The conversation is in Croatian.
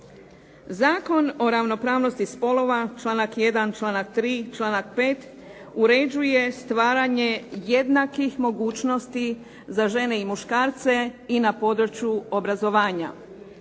Zakon o ravnopravnosti spolova članak 1., članak 3., članak 5. uređuje stvaranje jednakih mogućnosti za žene i muškarce i na području obrazovanja.